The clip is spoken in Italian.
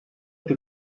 più